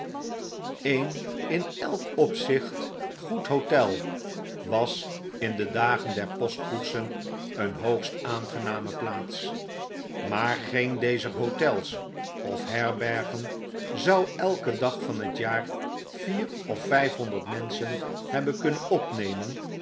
een in elk opzicht goed hotel was in de dagen der postkoetsen een hoogst aangename plaats maar geen dezer hotels of herbergen zou elken dag van het jaar vier of vijfhonderd menschen hebben kunnen opnemen